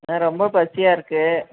ஆ ரொம்ப பசியாக இருக்கு